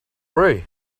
worry